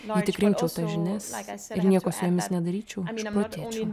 jei tik rinkčiau tas žinias ir nieko su jomis nedaryčiau išprotėčiau